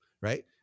right